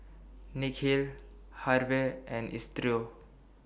Nikhil Harve and Isidro